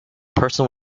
person